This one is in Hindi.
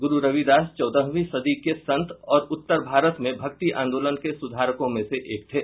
गुरु रविदास चौदहवीं सदी के संत और उत्तर भारत में भक्ति आंदोलन के सुधारकों में से एक थे